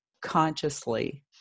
consciously